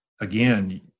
again